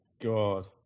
God